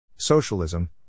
Socialism